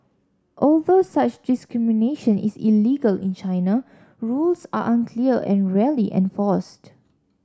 although such discrimination is illegal in China rules are unclear and rarely enforced